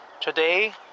Today